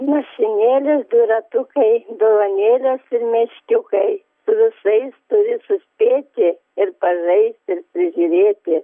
mašinėlės dviratukai dovanėlės ir meškiukai su visais turi suspėti ir pažaist ir prižiūrėti